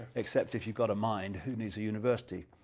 except if you got a mind, who needs a university?